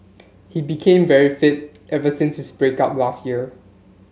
he became very fit ever since his break up last year